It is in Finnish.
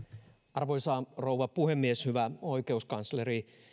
arvoisa rouva puhemies hyvä oikeuskansleri